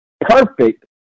perfect